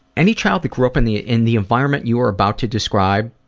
any child that grew up in the in the environment you're about to describe,